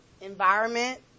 environment